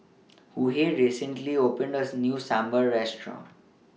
Hughey recently opened as New Sambar Restaurant